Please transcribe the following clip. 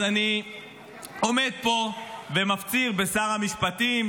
אז אני עומד פה ומפציר בשר המשפטים,